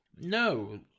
No